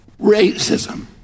racism